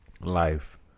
life